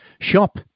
shop